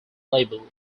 label